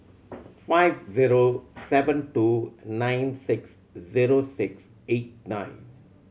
five zero seven two nine six zero six eight nine